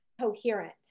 coherent